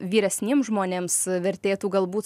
vyresniems žmonėms vertėtų galbūt